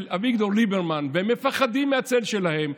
אביגדור ליברמן והם מפחדים מהצל שלהם,